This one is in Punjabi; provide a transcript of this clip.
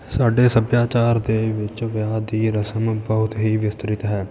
ਸਾਡੇ ਸੱਭਿਆਚਾਰ ਦੇ ਵਿੱਚ ਵਿਆਹ ਦੀ ਰਸਮ ਬਹੁਤ ਹੀ ਵਿਸਤ੍ਰਿਤ ਹੈ